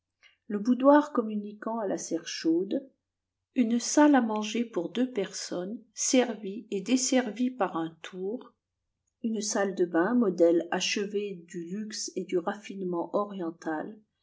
le boudoir communiquant à la serre chaude une salle à manger pour deux personnes servie et desservie par un tour une salle de bains modèle achevé du luxe et du raffinement oriental